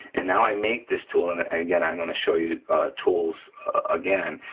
and now i make this tool and ah again, i'm gonna show you tools again.